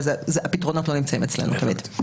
אבל הפתרונות לא נמצאים אצלנו תמיד.